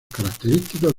característicos